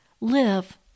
live